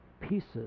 pieces